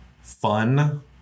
fun